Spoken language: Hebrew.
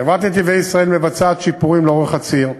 חברת "נתיבי ישראל" מבצעת שיפורים לאורך הציר,